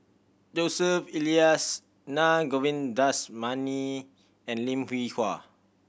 Joseph Elias Naa Govindasamy and Lim Hwee Hua